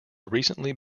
recently